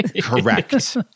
correct